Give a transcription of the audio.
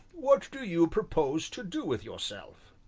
what do you propose to do with yourself?